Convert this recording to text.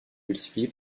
multiplié